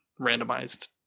randomized